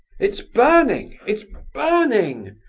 it's burning, it's burning!